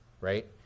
right